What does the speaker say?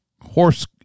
horse